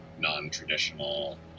non-traditional